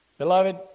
Beloved